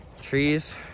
trees